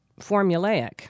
formulaic